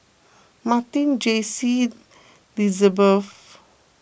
Marti Jaycie Lizabeth